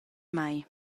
mei